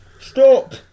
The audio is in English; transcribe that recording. stop